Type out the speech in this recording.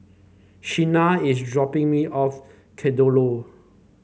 Shena is dropping me off Kadaloor